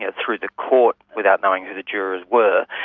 and through the court, without knowing who the jurors were,